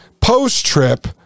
post-trip